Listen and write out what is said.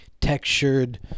textured